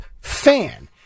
fan